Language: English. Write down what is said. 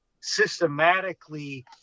systematically